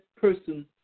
person